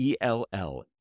ELL